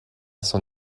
san